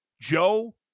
Joe